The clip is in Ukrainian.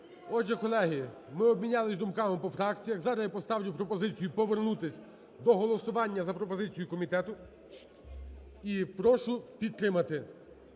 Отже, колеги, ми обмінялися думками по фракціях. Зараз я поставлю пропозицію повернутися до голосування за пропозицією комітету і прошу підтримати.